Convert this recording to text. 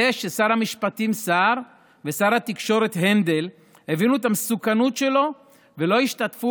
זה ששר המשפטים סער ושר התקשורת הנדל הבינו את המסוכנות שלו ולא השתתפו